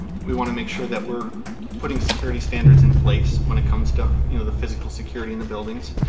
we want to make sure that we're putting security standards in place when it comes to you know the physical security in the buildings.